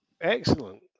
Excellent